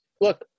look